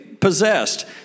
possessed